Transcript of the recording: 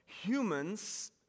humans